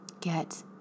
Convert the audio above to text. Get